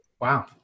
Wow